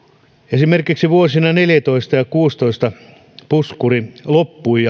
esimerkiksi vuosina neljätoista ja kuusitoista puskuri loppui